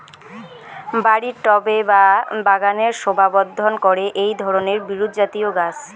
বাড়ির টবে বা বাগানের শোভাবর্ধন করে এই ধরণের বিরুৎজাতীয় গাছ